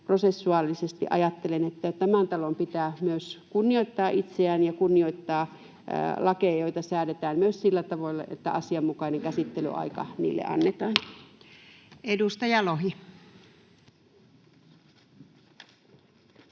prosessuaalisesti ajattelen, että tämän talon pitää myös kunnioittaa itseään ja kunnioittaa lakeja, joita säädetään, myös sillä tavoin, että asianmukainen käsittelyaika niille annetaan. [Speech